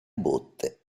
botte